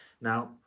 Now